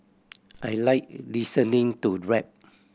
I like listening to rap